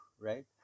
right